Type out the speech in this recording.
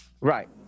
Right